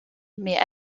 mais